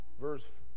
verse